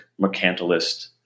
mercantilist